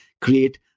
create